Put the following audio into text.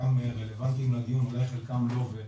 חלקם רלבנטיים לנושא וחלקם לא.